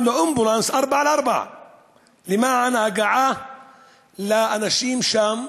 לאמבולנס 4X4 למען ההגעה לאנשים שם,